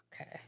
Okay